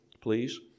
please